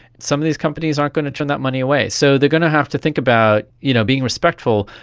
some of these companies aren't going to turn that money away. so they are going to have to think about you know being respectful,